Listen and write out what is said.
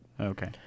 Okay